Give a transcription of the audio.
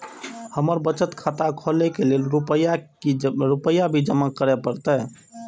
हमर बचत खाता खोले के लेल रूपया भी जमा करे परते?